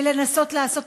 ולנסות לעשות,